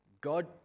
God